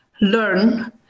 learn